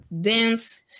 dance